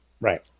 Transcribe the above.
Right